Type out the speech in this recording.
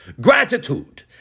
Gratitude